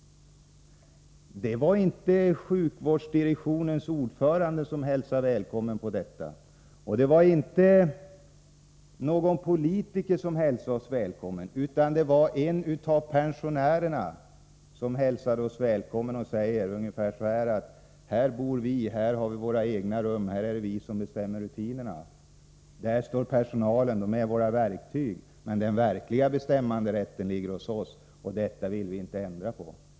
Det var inte sjukvårdsdirektionens ordförande som hälsade oss välkomna till detta sjukhem, det var inte någon politiker som hälsade oss välkomna, utan det var en av pensionärerna som hälsade oss välkomna och sade ungefär så här: Här bor vi, här har vi våra egna rum och här är det vi som bestämmer rutinerna. Där står personalen. De är våra verktyg, men den verkliga bestämmanderätten ligger hos oss, och det vill vi inte ändra på.